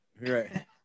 Right